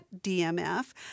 DMF